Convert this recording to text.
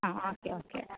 ആ okay okay